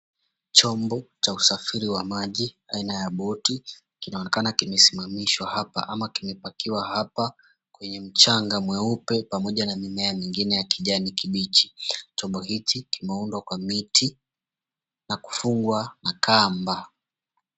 Chombo cha usafiri wa maji aina ya boti kinaonekana kimesimamishwa hapa ama kimepakiwa hapa kwenye mchanga mweupe pamoja na mimea mingine ya kijani kibichi. Chombo hiki kimeundwa kwa miti na kufungwa na kamba.